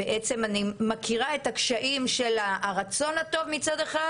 בעצם אני מכירה את הקשיים של הרצון הטוב מצד אחד,